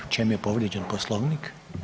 U čemu je povrijeđen poslovnik?